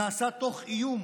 נעשה תוך איום